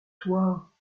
toi